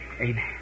Amen